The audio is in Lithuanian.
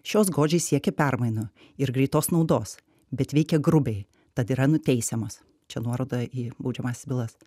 šios godžiai siekia permainų ir greitos naudos bet veikia grubiai tad yra nuteisiamos čia nuoroda į baudžiamąsias bylas